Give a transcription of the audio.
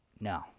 No